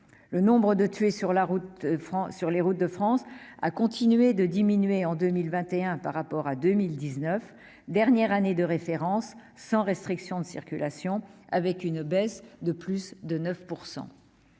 Le nombre de tués sur les routes de France a continué de diminuer en 2021 par rapport à 2019, dernière année de référence sans restriction de circulation, cette diminution